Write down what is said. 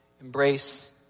Embrace